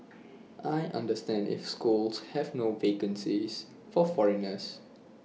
I understand if schools have no vacancies for foreigners